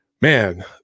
man